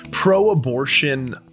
Pro-abortion